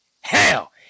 Hell